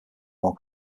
more